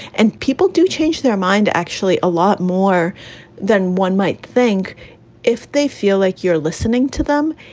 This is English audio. and people do change their mind actually a lot more than one might think if they feel like you're listening to them.